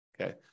okay